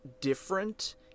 different